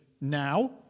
now